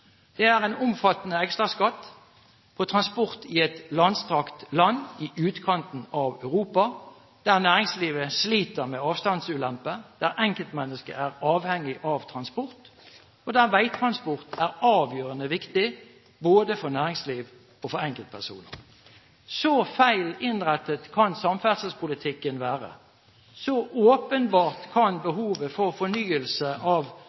Det er en omfattende ekstraskatt på transport i et langstrakt land i utkanten av Europa, der næringslivet sliter med avstandsulemper, der enkeltmennesket er avhengig av transport, og der veitransport er avgjørende viktig både for næringsliv og for enkeltpersoner. Så feil innrettet kan samferdselspolitikken være. Så åpenbart kan behovet for fornyelse av